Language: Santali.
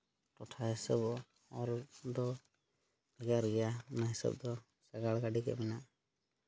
ᱴᱚᱴᱷᱟ ᱦᱤᱥᱟᱹᱵ ᱦᱚᱨ ᱫᱚ ᱵᱷᱮᱜᱟᱨ ᱜᱮᱭᱟ ᱚᱱᱟ ᱦᱤᱥᱟᱹᱵ ᱫᱚ ᱥᱟᱸᱜᱟᱲ ᱜᱟᱹᱰᱤ ᱠᱚᱨᱮᱱᱟᱜ